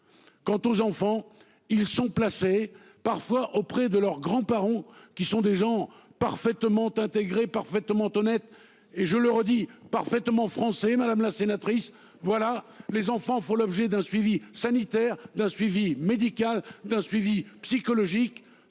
Quant aux enfants ils sont placés parfois auprès de leurs grands-parents qui sont des gens parfaitement intégré parfaitement honnête et je le redis parfaitement français, madame la sénatrice. Voilà les enfants font l'objet d'un suivi sanitaire d'un suivi médical d'un suivi psychologique